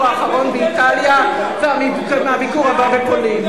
האחרון באיטליה ומהביקור הבא בפולין.